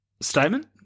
statement